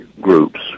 groups